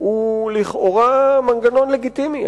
הוא לכאורה מנגנון לגיטימי.